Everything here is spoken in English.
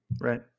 Right